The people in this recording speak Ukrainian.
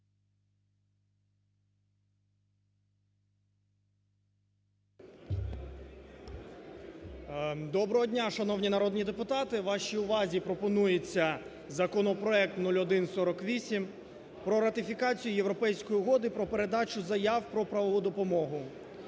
Доброго дня, шановні народні депутати! Вашій увазі пропонується законопроект 0148 про ратифікацію Європейської угоди про передачу заяв про правову допомогу.